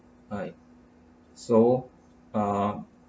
right so uh